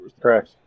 Correct